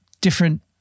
different